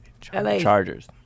Chargers